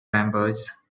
vampires